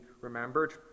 remembered